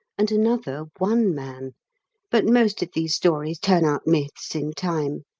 and another one man but most of these stories turn out myths in time.